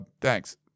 thanks